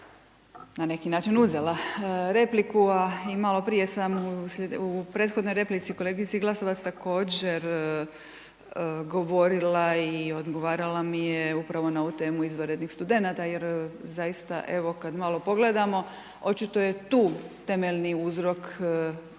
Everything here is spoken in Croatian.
na neki način uzela repliku, a malo prije sam u prethodnoj replici kolegici Glasovac također govorila i odgovarala mi je upravo na ovu temu izvanrednih studenata. Jer zaista evo kada malo pogledamo očito je tu temeljni uzrok problema